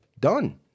done